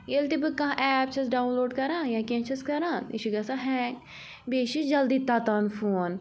ییٚلہِ تہِ بہٕ کانٛہہ ایپ چھَس ڈاوُن لوڈ کَران یا کیٚنٛہہ چھَس کَران یہِ چھُ گژھان ہینٛگ بیٚیہِ چھِ جلدی تَتان فون